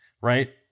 right